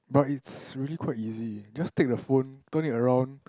but it's really quite easy just take the phone turn it around